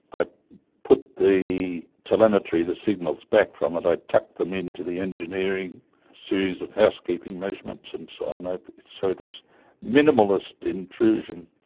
i put the telemetry, the signals back from it, i tucked them into the engineering series of housekeeping measurements and so on, so it was minimalist intrusion.